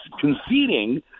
conceding